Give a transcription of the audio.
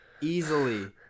Easily